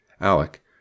Alec